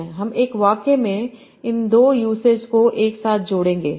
हम एक वाक्य में इन 2 युसेजेस को एक साथजोड़ेंगे